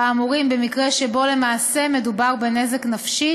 האמורים במקרה שבו למעשה מדובר בנזק נפשי